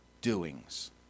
doings